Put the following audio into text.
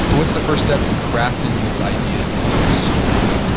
so what's the first step in crafting those ideas into a story?